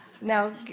now